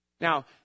Now